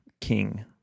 king